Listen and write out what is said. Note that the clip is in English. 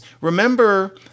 remember